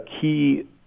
key